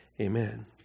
Amen